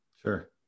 Sure